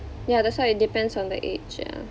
ya that's why it depends on the age ya